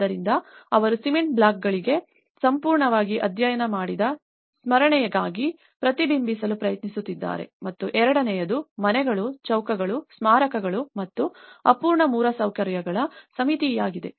ಆದ್ದರಿಂದ ಅವರು ಸಿಮೆಂಟ್ ಬ್ಲಾಕ್ಗಳಿಗೆ ಸಂಪೂರ್ಣವಾಗಿ ಅಧ್ಯಯನ ಮಾಡಿದ ಸ್ಮರಣೆಯಾಗಿ ಪ್ರತಿಬಿಂಬಿಸಲು ಪ್ರಯತ್ನಿಸುತ್ತಿದ್ದಾರೆ ಮತ್ತು ಎರಡನೆಯದು ಮನೆಗಳು ಚೌಕಗಳು ಸ್ಮಾರಕಗಳು ಮತ್ತು ಅಪೂರ್ಣ ಮೂಲಸೌಕರ್ಯಗಳ ಸಮ್ಮಿತಿಯಾಗಿದೆ